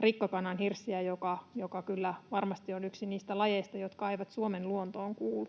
rikkakananhirssiä, joka kyllä varmasti on yksi niistä lajeista, jotka eivät Suomen luontoon kuuluu?